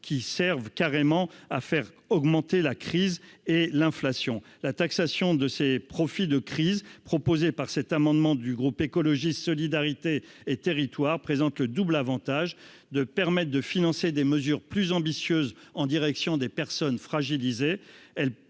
qui servent carrément à faire augmenter la crise et l'inflation la taxation de ses profits de crise proposé par cet amendement du groupe écologiste solidarité et territoires présente le double Avantage de permettre de financer des mesures plus ambitieuses en direction des personnes fragilisées,